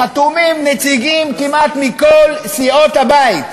חתומים נציגים כמעט מכל סיעות הבית,